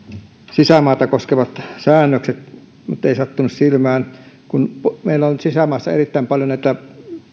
sisämaata koskevat säännökset nyt ei sattunut silmään meillä on sisämaassa erittäin paljon